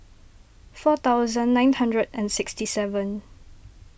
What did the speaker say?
four thousand nine hundred and sixty seven